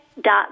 dot